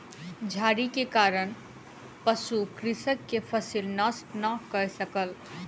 झाड़ी के कारण पशु कृषक के फसिल नष्ट नै कय सकल